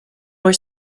were